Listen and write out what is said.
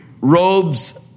Robes